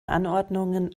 anordnungen